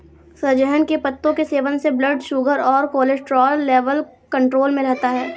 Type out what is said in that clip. सहजन के पत्तों के सेवन से ब्लड शुगर और कोलेस्ट्रॉल लेवल कंट्रोल में रहता है